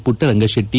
Puttaranga Shetty